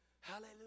hallelujah